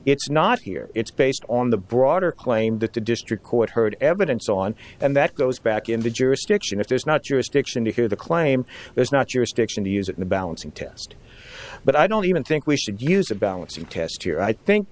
it's not here it's based on the broader claim that the district court heard evidence on and that goes back in the jurisdiction if there's not jurisdiction to hear the claim there's not jurisdiction to use it in a balancing test but i don't even think we should use a balancing test here i think